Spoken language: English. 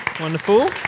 Wonderful